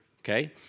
okay